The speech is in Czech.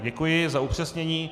Děkuji za upřesnění.